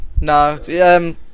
no